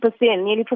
nearly